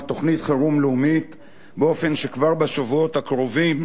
על תוכנית חירום לאומית באופן שכבר בשבועות הקרובים